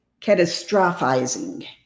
catastrophizing